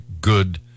good